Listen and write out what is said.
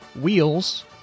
wheels